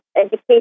Education